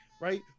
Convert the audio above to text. Right